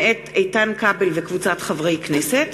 מאת חברי הכנסת